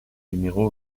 numéro